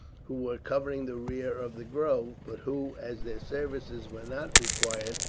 who were covering the rear of the grove but who, as their services were not required,